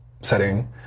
setting